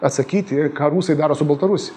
atsakyti ką rusai daro su baltarusija